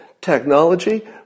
technology